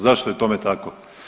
Zašto je tome tako?